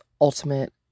ultimate